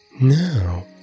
Now